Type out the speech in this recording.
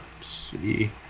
see